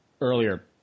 earlier